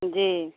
जी